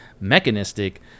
mechanistic